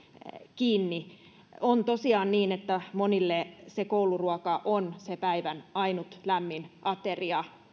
kiinni on tosiaan niin että monille se kouluruoka on se päivän ainut lämmin ateria